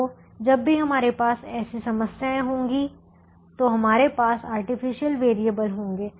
तो जब भी हमारे पास ऐसी समस्याएं होंगी तो हमारे पास आर्टिफिशियल वेरिएबल होंगे